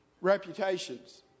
reputations